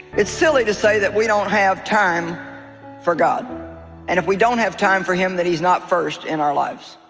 it's silly to say that we don't have time for god and if we don't have time for him than he's not first in our lives